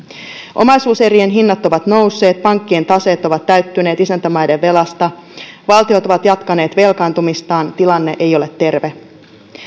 omaisuuserien hinnat ovat nousseet pankkien taseet ovat täyttyneet isäntämaiden velasta valtiot ovat jatkaneet velkaantumistaan tilanne ei ole terve